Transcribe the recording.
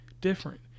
different